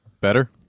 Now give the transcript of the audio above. better